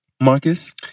Marcus